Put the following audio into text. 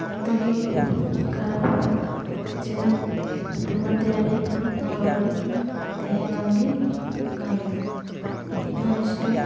ᱮᱛᱚᱜᱮ ᱠᱷᱟᱨᱟᱯᱟ ᱡᱮ ᱚᱱᱟ ᱫᱩᱦᱟᱺ ᱛᱮ ᱟᱞᱮ ᱚᱱᱟ ᱚᱲᱟᱜᱨᱮ ᱛᱟᱦᱮᱸ ᱵᱟᱝᱜᱮ ᱜᱟᱱ ᱞᱮᱱᱟ ᱚᱱᱟ ᱤᱥᱴᱳᱯ